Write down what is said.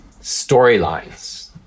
storylines